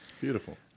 Beautiful